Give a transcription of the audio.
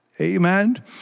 Amen